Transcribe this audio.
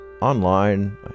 online